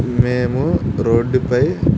మేము రోడ్డుపై